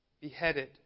Beheaded